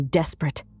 desperate